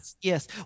Yes